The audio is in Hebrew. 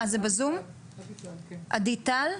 עדי טל.